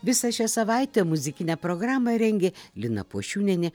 visą šią savaitę muzikinę programą rengė lina pošiūnienė